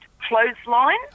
clothesline